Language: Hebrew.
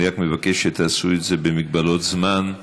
אני רק מבקש שתעשו את זה במגבלות זמן,